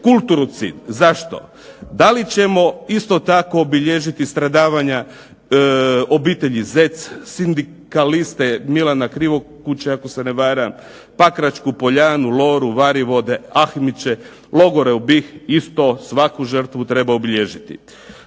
se./… Zašto? Da li ćemo isto tako obilježiti stradavanja obitelji Zec, sindikaliste Milana Krivokuće ako se ne varam, pakračku poljanu, Loru, …/Ne razumije se./…, logore u BiH, isto svaku žrtvu treba obilježiti.